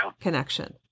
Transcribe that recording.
connection